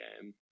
game